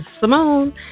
Simone